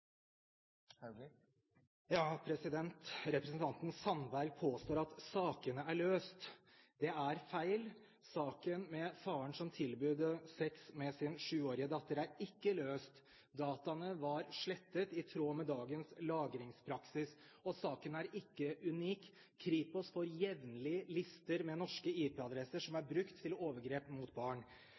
fra 2006. Representanten Sandberg påstår at sakene er løst. Det er feil. Saken med faren som tilbød sex med sin sjuårige datter, er ikke løst. Dataene var slettet, i tråd med dagens lagringspraksis. Og saken er ikke unik. Kripos får jevnlig lister med norske IP-adresser som er brukt til overgrep mot barn.